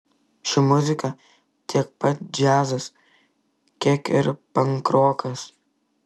ši muzika tiek pat džiazas kiek ir pankrokas